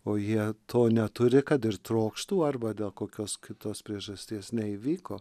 o jie to neturi kad ir trokštų arba dėl kokios kitos priežasties neįvyko